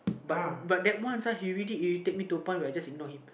but but that once uh he really irritate me to the point where I just ignore him